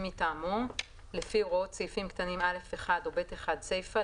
מטעמו לפי הוראות סעיפים קטנים (א)(1) או (ב)(1) סיפה,